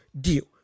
deal